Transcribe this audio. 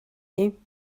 you